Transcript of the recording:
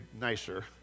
nicer